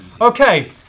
Okay